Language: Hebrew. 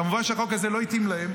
כמובן שהחוק הזה לא התאים להם.